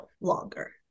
longer